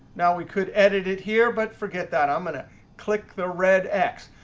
now we could edit it here. but forget that. i'm going to click the red x.